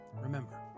Remember